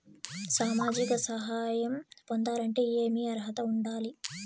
సామాజిక సహాయం పొందాలంటే ఏమి అర్హత ఉండాలి?